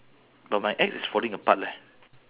but my axe is falling apart leh